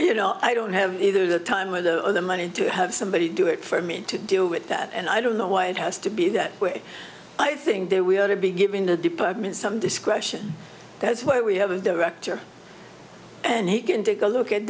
you know i don't have either the time with the money to have somebody do it for me to deal with that and i don't know why it has to be that way i think that we ought to be given the department some discretion that's why we have a director and he can take a look at